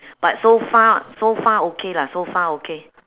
but so far so far okay lah so far okay